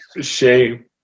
Shame